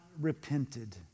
repented